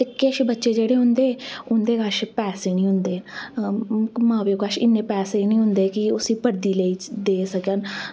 ते किश बच्चे जेह्ड़े होंदे उंदे कोल पैसे निं होंदे मां बब्ब कश इन्ने पैसे निं होंदे की उसी वर्दी लेई देई सकन